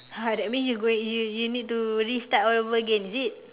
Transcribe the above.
!huh! that means you going you you need to restart all over again is it